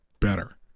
better